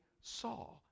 saw